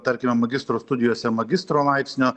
tarkime magistro studijose magistro laipsnio